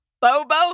Bobo